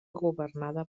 governada